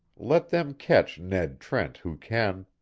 let them catch ned trent who can!